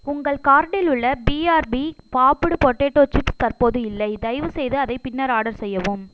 உங்கள் கார்ட்டில் உள்ள பிஆர்பி பாப்டு பொடேட்டோ சிப்ஸ் தற்போது இல்லை தயவுசெய்து அதை பின்னர் ஆர்டர் செய்யவும்